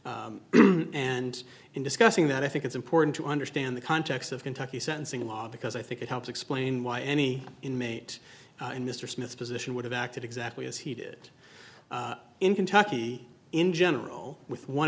timely and in discussing that i think it's important to understand the context of kentucky sentencing law because i think it helps explain why any inmate in mr smith's position would have acted exactly as he did in kentucky in general with one